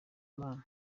imana